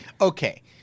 Okay